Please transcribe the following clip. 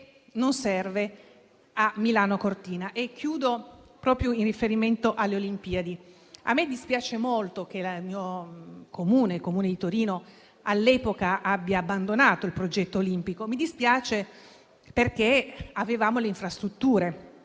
non serve a Milano Cortina. Concludo proprio con riferimento alle Olimpiadi. A me dispiace molto che il Comune di Torino all'epoca abbia abbandonato il progetto olimpico. Mi dispiace, perché avevamo le infrastrutture